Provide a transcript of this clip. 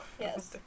yes